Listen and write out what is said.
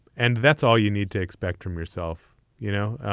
and that's all you need to expect from yourself you know,